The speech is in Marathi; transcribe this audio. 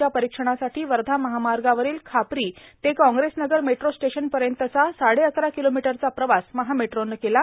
च्या परीक्षणासाठी वर्धा महामार्गावरील खापरी ते काँग्रेस नगर मेट्रो स्टेशन पर्यंतचा साडेअकरा किलो मीटरचा प्रवास महा मेट्रोनं केला